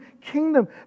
kingdom